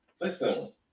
Listen